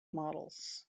models